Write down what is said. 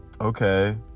okay